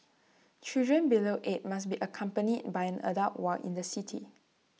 children below eight must be accompanied by an adult while in the city